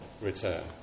return